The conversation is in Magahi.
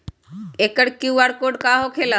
एकर कियु.आर कोड का होकेला?